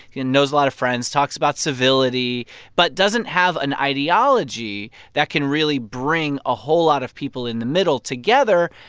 he and knows a lot of friends, talks about civility but doesn't have an ideology that can really bring a whole lot of people in the middle together.